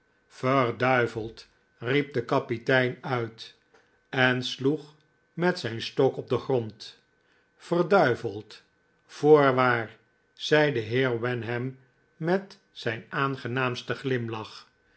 verduiveld riep de kapitein uit en sloeg met zijn stok op den grond verduiveld voorwaar zei de heer wenham met zijn aangenaamsten glimlach